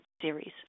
series